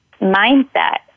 mindset